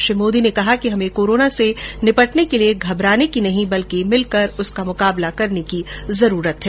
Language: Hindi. श्री मोदी ने कहा कि हमे कोरोना से निपटने के लिए घबराने की नहीं बल्कि मिलकर उसका मुकाबला करने की जरूरत है